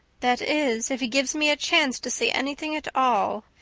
that is, if he gives me a chance to say anything at all,